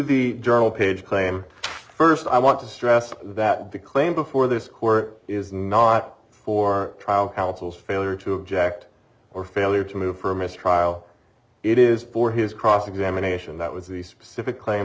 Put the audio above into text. the journal page claim first i want to stress that the claim before this court is not for trial counsel failure to object or failure to move for a mistrial it is for his cross examination that was the specific claim